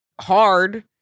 hard